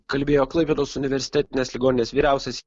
kalbėjo klaipėdos universitetinės ligoninės vyriausias